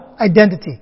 identity